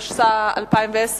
התש"ע 2010,